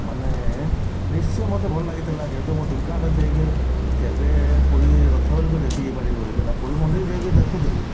ମାନେ ନିଶ୍ଚୟ ମୋତେ ଭଲ ଲାଗିଥିଲା ଯେହେତୁ ମୁଁ ଦୋକାନରେ ଥାଇକି ମୁଁ କେବେ ପୁରୀ ରଥ ବେଳକୁ ଦେଖିପାରିବି ବୋଲି କିିନା ପୁରୀ ମନ୍ଦିର ଯାଇକି ଦେଖୁଥିଲି